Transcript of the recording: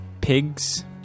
pigs